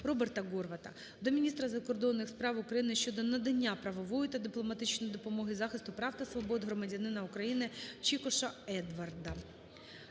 РобертаГорвата до міністра закордонних справ України щодо надання правової та дипломатичної допомоги, захисту прав та свобод громадянина України Чікоша Едварда.